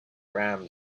ram